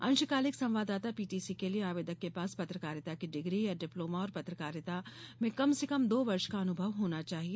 अंशकालिक संवाददाता पीटीसी के लिए आवेदक के पास पत्रकारिता की डिग्री या डिप्लोमा और पत्रकारिता में कम से कम दो वर्ष का अनुभव होना चाहिए